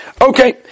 Okay